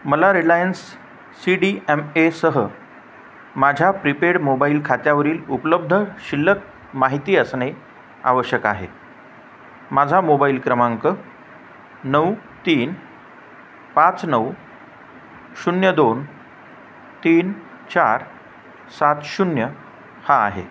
मला Reliance C D M एसह माझ्या प्रीपेड मोबाईल खात्यावरील उपलब्ध शिल्लक माहिती असणे आवश्यक आहे माझा मोबाईल क्रमांक नऊ तीन पाच नऊ शून्य दोन तीन चार सात शून्य हा आहे